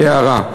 כהערה.